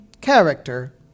character